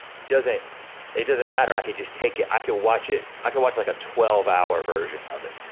it doesn't it doesn't matter. i could just take it, i could watch it, i could watch like a twelve hour version of it,